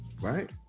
right